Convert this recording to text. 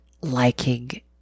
liking